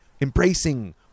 embracing